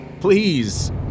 Please